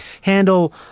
handle